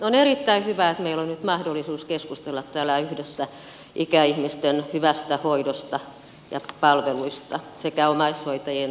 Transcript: on erittäin hyvä että meillä on nyt mahdollisuus keskustella täällä yhdessä ikäihmisten hyvästä hoidosta ja palveluista sekä omaishoitajien tilanteesta